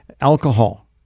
Alcohol